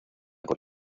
por